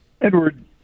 Edward